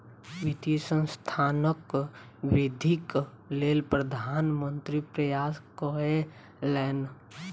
वित्तीय संस्थानक वृद्धिक लेल प्रधान मंत्री प्रयास कयलैन